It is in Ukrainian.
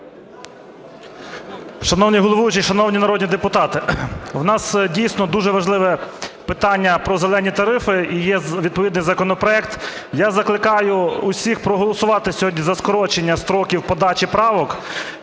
Шановний головуючий, шановні народні депутати! В нас дійсно дуже важливе питання про "зелені" тарифи. І є відповідний законопроект. Я закликаю усіх проголосувати сьогодні за скорочення строків подачі правок.